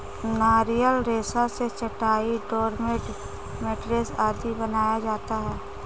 नारियल रेशा से चटाई, डोरमेट, मैटरेस आदि बनाया जाता है